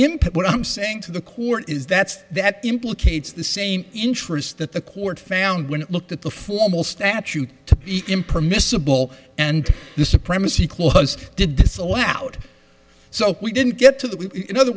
impact what i'm saying to the court is that's that implicates the same interests that the court found when it looked at the formal statute impermissible and the supremacy clause did disallow out so we didn't get to that we in other